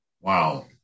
wow